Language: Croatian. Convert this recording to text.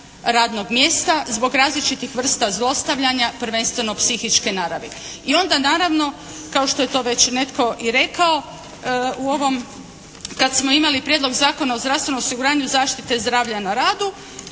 radnog mjesta, zbog različitih vrsta zlostavljanja prvenstveno psihičke naravi. I onda naravno kao što je to već netko i rekao u ovom kad smo imali Prijedlog zakona o zdravstvenom osiguranju zaštite i zdravlja na radu,